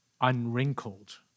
unwrinkled